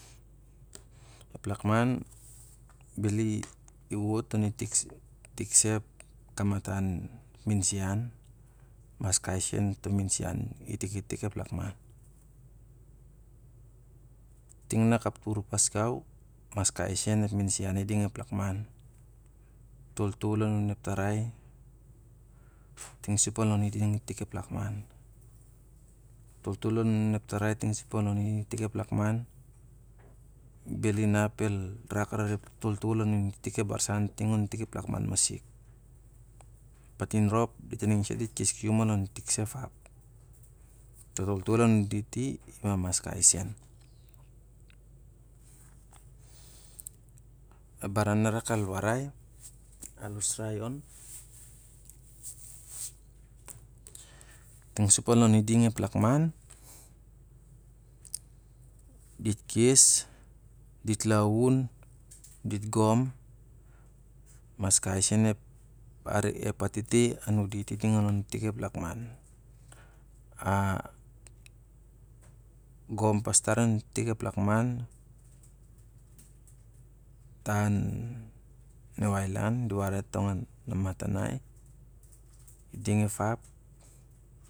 Ep lakman bel i wut on i tik sa ep kawatan miasian, mas kai sen to miasian i tik, itik ep lakman. Ting na kaptur pas gau, mas kai sen ep minsian i ding ep lakman, ep toltol an nun ep tarai tingsam an lon i ding ep lakman. Toltol anun ep tarai tinga sum lon i ding ep takman bel inap lar el rak tar ep toltol anca itik ep barsan ting ongo lakman masik. Ma dit rop aningsa dit kes kium oa itik sa ep ap. To toltol anca dit i, i mamas kai sen. Ep baran na rak al warai, na usrai on. Tingsum ba lon i ding ep lakman, dit kes, dit laun, dit gom, mas kai sen ep atete anun dit i ting an lon i tik ep lakman. A gom pas far on itik ep lakman, ta an niu ailan, dit warai tong an namatanai, i ding ep ap.